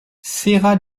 serra